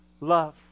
Love